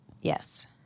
yes